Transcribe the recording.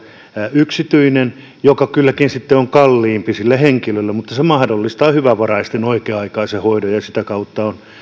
yksityinen joka kylläkin sitten on kalliimpi sille henkilölle mutta se mahdollistaa hyvävaraisten oikea aikaisen hoidon ja ja sitä kautta on